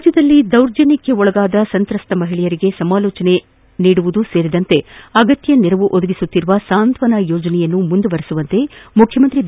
ರಾಜ್ಯದಲ್ಲಿ ದೌರ್ಜನ್ಥಕ್ಕೊಳಗಾಗಿರುವ ಮಹಿಳೆಯರಿಗೆ ಸಮಾಲೋಚನೆ ಸೇರಿದಂತೆ ಅಗತ್ಯ ನೆರವು ಒದಗಿಸುತ್ತಿರುವ ಸಾಂತ್ವನ ಯೋಜನೆಯನ್ನು ಮುಂದುವರೆಸುವಂತೆ ಮುಖ್ಯಮಂತ್ರಿ ಬಿ